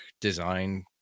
design